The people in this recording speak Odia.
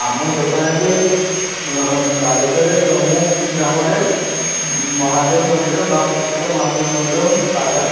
ଆମ ଦୋକାନଟି ବାଲେଶ୍ଵରର ଚମୁ ଗ୍ରାମରେ ମହାଦେବ ମନ୍ଦିର ବା ମୁକ୍ତେଶ୍ଵର ମହାଦେବ ମନ୍ଦିର ପାଖରେ